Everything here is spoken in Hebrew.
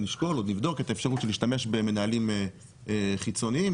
נשקול או נבדוק להשתמש במנהלים חיצוניים.